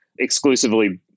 Exclusively